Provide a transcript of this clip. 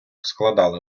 складали